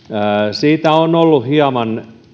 siitä on ollut hieman